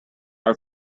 our